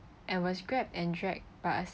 and was grabbed and dragged by a